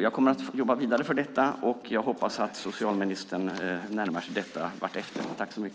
Jag kommer att jobba vidare för detta, och jag hoppas att socialministern närmar sig detta vartefter.